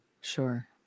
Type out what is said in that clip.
sure